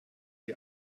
die